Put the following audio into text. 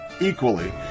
equally